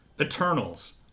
Eternals